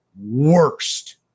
worst